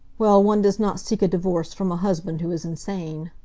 well, one does not seek a divorce from a husband who is insane.